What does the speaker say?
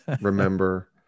remember